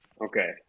okay